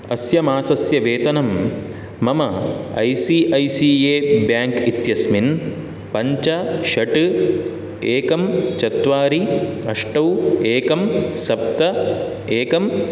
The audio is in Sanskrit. अस्य मासस्य वेतनं मम I C I C I bank इत्यस्मिन् पञ्च षट् एकं चत्वारि अष्ट एकं सप्त एकं